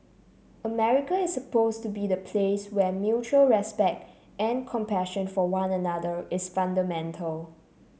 America is supposed to be the place where mutual respect and compassion for one another is fundamental